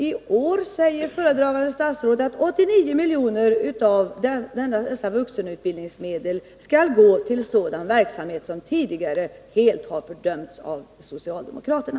Tår säger föredragande statsrådet att 89 miljoner av vuxenutbildningsmedlen skall gå till sådan verksamhet som tidigåre helt har fördömts av socialdemokraterna.